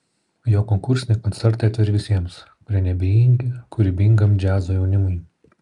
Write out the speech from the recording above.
jo konkursiniai koncertai atviri visiems kurie neabejingi kūrybingam džiazo jaunimui